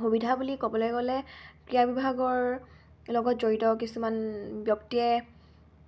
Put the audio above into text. সুবিধা বুলি ক'বলৈ গ'লে ক্ৰীড়া বিভাগৰ লগত জড়িত কিছুমান ব্যক্তিয়ে